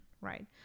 right